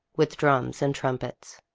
with drums and trumpets.